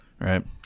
right